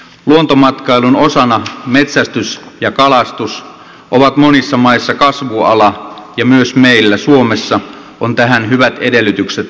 luontomatkailun osana metsästys ja kalastus ovat monissa maissa kasvuala ja myös meillä suomessa on tähän hyvät edellytykset olemassa